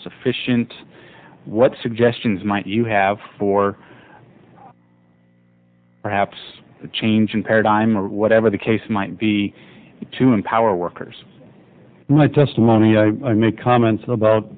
sufficient what suggestions might you have for perhaps a change in paradigm or whatever the case might be to empower workers my testimony i make comments about